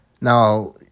Now